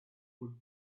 would